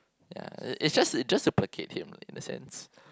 yeah it's just it's just to placate him in a sense